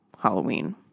Halloween